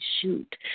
shoot